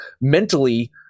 mentally